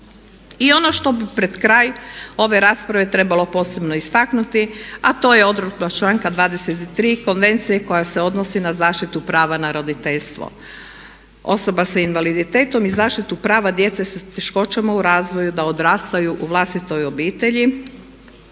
I ono što bi pred kraj ove rasprave trebalo posebno istaknuti a to je odredba članka 23. konvencije koja se odnosi na zaštiti prava na roditeljstvo osoba sa invaliditetom i zaštitu prava djece sa teškoćama u razvoju da odrastaju u vlastitoj obitelji.